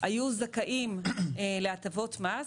היו זכאים להטבות מס,